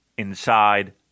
inside